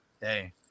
hey